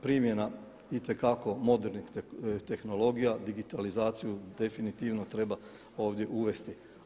Primjena itekako modernih tehnologija, digitalizaciju definitivno treba ovdje uvesti.